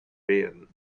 werden